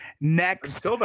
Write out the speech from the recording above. next